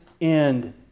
end